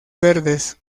verdes